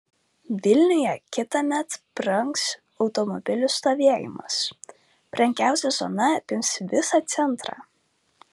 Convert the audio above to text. vilniuje kitąmet brangs automobilių stovėjimas brangiausia zona apims visą centrą